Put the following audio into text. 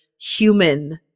human